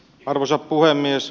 arvoisa puhemies